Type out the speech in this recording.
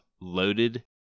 loaded